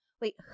Wait